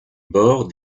bord